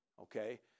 Okay